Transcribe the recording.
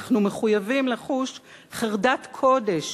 אנחנו מחויבים לחוש חרדת קודש